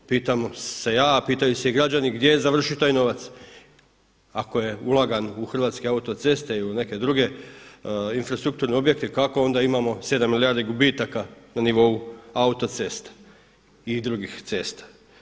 Pitam se ja, a pitaju se i građani gdje je završio taj novac ako je ulagan u Hrvatske autoceste i u neke druge infrastrukturne objekte kako onda imamo 7 milijardi gubitaka na nivou autocesta i drugih cesta.